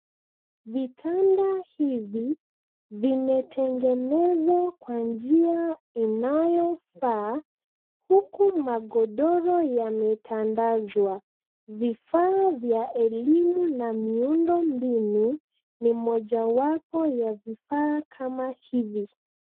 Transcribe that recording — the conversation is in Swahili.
Vitanda hivi vimetengenezwa kwa njia inayofaa huku magodoro yametamdazwa. Vifaa vya elimu na miundombinu ni mojawapo ya vifaa kama hivi.